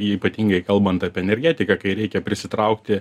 ypatingai kalbant apie energetiką kai reikia prisitraukti